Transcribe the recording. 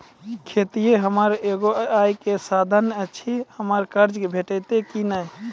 खेतीये हमर एगो आय के साधन ऐछि, हमरा कर्ज भेटतै कि नै?